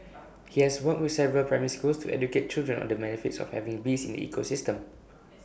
he has worked with several primary schools to educate children on the benefits of having bees in ecosystem